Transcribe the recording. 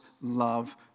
love